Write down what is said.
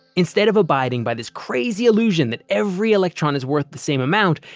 instead of abiding by this crazy illusion that every electron is worth the same amount,